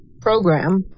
program